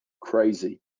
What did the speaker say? crazy